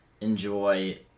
enjoy